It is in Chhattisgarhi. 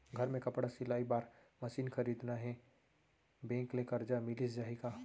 घर मे कपड़ा सिलाई बार मशीन खरीदना हे बैंक ले करजा मिलिस जाही का?